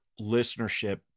listenership